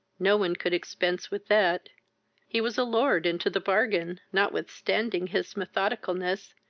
no one could expence with that he was a lord into the bargain, notwithstanding his methodicalness,